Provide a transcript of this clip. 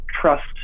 trust